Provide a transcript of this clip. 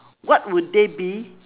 what would they be